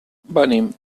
venim